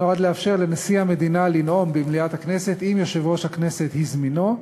נועד לאפשר לנשיא המדינה לנאום במליאת הכנסת אם יושב-ראש הכנסת הזמינו,